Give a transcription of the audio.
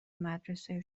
مدرسه